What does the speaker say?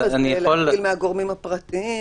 מהסעיף הזה, להבדיל מהגורמים הפרטיים,